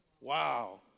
Wow